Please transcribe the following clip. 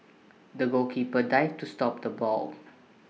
the goalkeeper dived to stop the ball